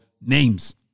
names